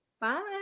Bye